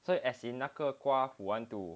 so as in 那个瓜 who want to